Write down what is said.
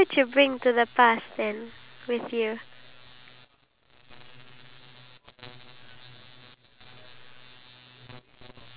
okay what about like bringing something from today's modern day in back into that era what would it be